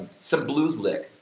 some blues lick,